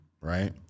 right